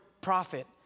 prophet